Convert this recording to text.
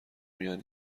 میان